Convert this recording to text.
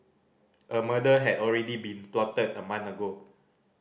a murder had already been plotted a month ago